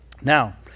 Now